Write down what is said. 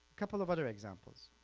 couple of other examples.